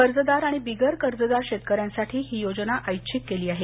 कर्जदार आणि बिगर कर्जदार शेतकऱ्यांसाठी ही योजना ऐच्छिक केली आहे